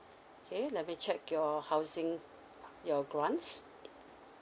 okay let me check your housing your grants